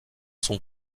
sont